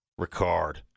Ricard